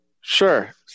Sure